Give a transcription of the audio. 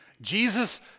Jesus